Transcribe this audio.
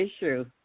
issue